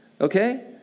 okay